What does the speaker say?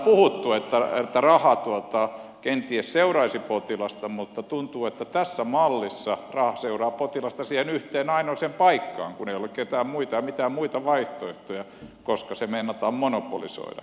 nythän on puhuttu että raha kenties seuraisi potilasta mutta tuntuu että tässä mallissa raha seuraa potilasta siihen yhteen ainoaan paikkaan kun ei ole ketään muita ja mitään muita vaihtoehtoja koska se meinataan monopolisoida